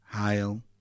hail